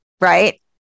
right